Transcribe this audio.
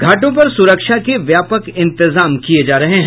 घाटों पर सुरक्षा के व्यापक इंतजाम किये जा रहे हैं